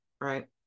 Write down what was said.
right